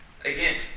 Again